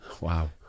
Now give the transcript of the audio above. wow